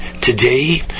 today